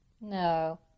No